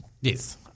Yes